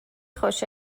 خوش